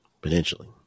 potentially